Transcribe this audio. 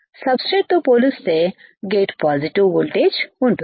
sub straight తో పోలిస్తే gate positive voltage ఉంటుంది